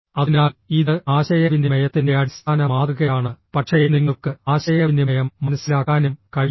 അതിനാൽ ഇത് ആശയവിനിമയത്തിന്റെ അടിസ്ഥാന മാതൃകയാണ് പക്ഷേ നിങ്ങൾക്ക് ആശയവിനിമയം മനസ്സിലാക്കാനും കഴിയും